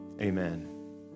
Amen